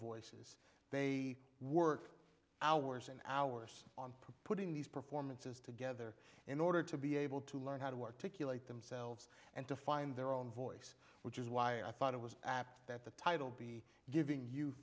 voices they work hours and hours on putting these performances together in order to be able to learn how to work themselves and to find their own voice which is why i thought it was apt that the title be giving you